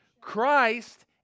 Christ